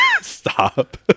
stop